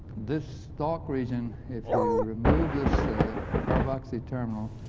this stalk region if you remove this car boxy terminal